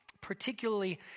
particularly